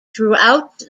throughout